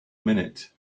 minute